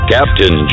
Captain